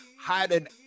hiding